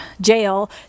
jail